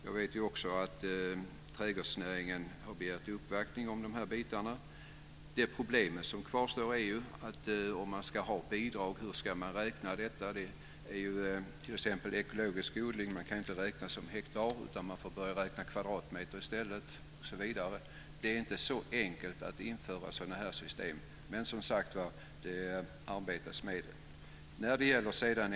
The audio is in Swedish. Jag vet också att trädgårdsnäringen har begärt uppvaktning om de här bitarna. Det problem som kvarstår gäller ju hur man ska räkna ut bidraget om man ska ha det. Inom ekologisk odling kan man t.ex. inte räkna hektar. Man får börja räkna kvadratmeter i stället. Det är inte så enkelt att införa sådana här system. Men, som sagt var: Det arbetas med det.